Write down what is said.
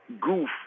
goof